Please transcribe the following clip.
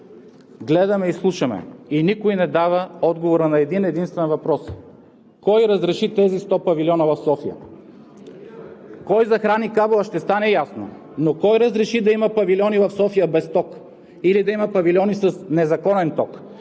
гледаме и слушаме и никой не дава отговор на един-единствен въпрос – кой разреши тези сто павилиона в София? Кой захрани кабела ще стане ясно, но кой разреши да има павилиони в София без ток или да има павилиони с незаконен ток,